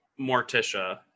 morticia